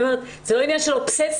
זה לא עניין של אובססיה.